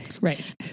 Right